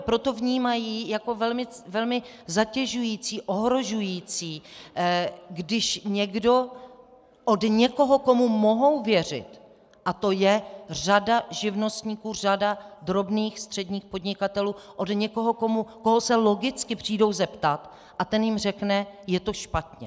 Proto vnímají jako velmi zatěžující, ohrožující, když někdo od někoho, komu mohou věřit, a to je řada živnostníků, řada drobných, středních podnikatelů, od někoho, koho se logicky přijdou zeptat a ten jim řekne, je to špatně.